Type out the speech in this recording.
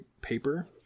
paper